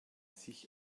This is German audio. sich